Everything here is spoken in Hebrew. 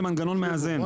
זה מנגנון מאזן.